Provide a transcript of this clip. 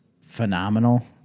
phenomenal